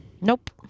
Nope